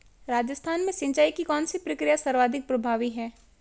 राजस्थान में सिंचाई की कौनसी प्रक्रिया सर्वाधिक प्रभावी है?